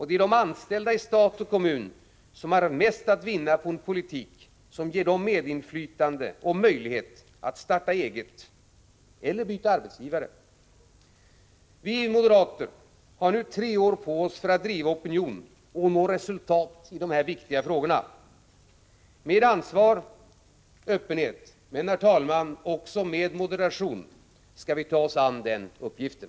Det är de anställda i stat och kommun som har mest att vinna på en politik som ger dem medinflytande och möjlighet att starta eget eller byta arbetsgivare. Vi moderater har nu tre år på oss för att driva opinion och nå resultat i dessa viktiga frågor. Med ansvar och öppenhet, men, herr talman, också med moderation, skall vi ta oss an den uppgiften.